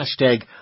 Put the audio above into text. hashtag